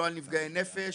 לא על מתמודדי נפש,